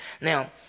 Now